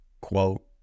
quote